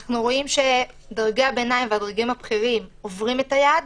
אנחנו רואים שבדרגי הביניים ובדרגים הבכירים עוברים את היעד,